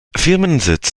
firmensitz